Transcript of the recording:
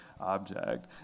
object